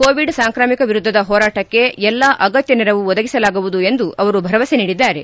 Covid ಸಾಂಕ್ರಾಮಿಕ ವಿರುದ್ದದ ಹೋರಾಟಕ್ಕೆ ಎಲ್ಲ ಅಗತ್ಯ ನೆರವು ಒದಗಿಸಲಾಗುವುದು ಅವರು ಭರವಸೆ ನೀಡಿದ್ದಾರೆ